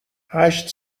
هشت